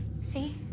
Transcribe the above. See